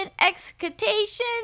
excitation